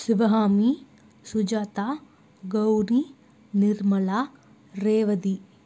Sivakami Sujatha Gowri Nirmala Revathi